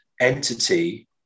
entity